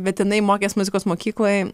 bet jinai mokės muzikos mokykloj